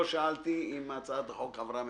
לא שאלתי אם הצעת החוק עברה ממשלתית,